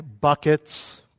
buckets